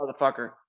motherfucker